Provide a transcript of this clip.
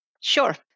Sure